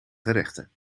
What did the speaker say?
gerechten